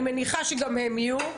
אני מניחה שגם הם יהיו.